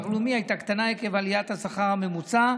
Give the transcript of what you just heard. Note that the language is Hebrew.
לאומי הייתה קטנה עקב עליית השכר הממוצע,